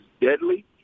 deadly